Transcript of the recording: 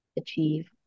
achieve